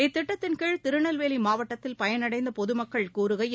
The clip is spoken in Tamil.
இத்திட்டத்தின் கீழ் திருநெல்வேலி மாவட்டத்தில் பயனடைந்த பொது மக்கள் கூறுகையில்